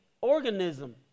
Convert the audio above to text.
organism